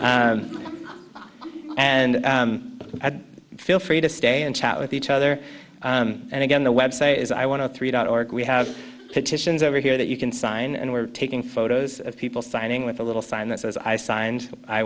and feel free to stay and chat with each other and again the web say is i want to three dot org we have petitions over here that you can sign and we're taking photos of people signing with a little sign that says i signed i